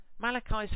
Malachi's